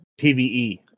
PvE